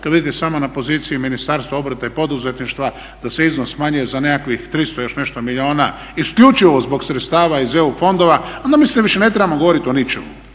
kad vidite samo na poziciji Ministarstva obrta i poduzetništva da se iznos smanjuje za nekakvih 300 i još nešto milijuna isključivo zbog sredstava iz EU fondova onda mislim da više ne trebamo govorit o ničemu.